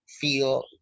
feel